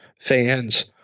fans